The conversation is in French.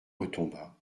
retomba